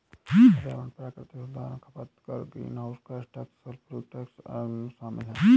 पर्यावरण प्राकृतिक संसाधन खपत कर, greenhouse gas tax, sulphuric tax, अन्य शामिल हैं